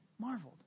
marveled